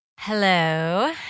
Hello